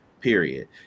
period